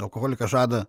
alkoholikas žada